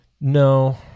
No